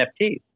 NFTs